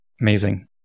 Amazing